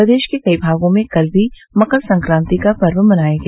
प्रदेश के कई भागों में कल भी मकर संक्राति का पर्व मनाया गया